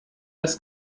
das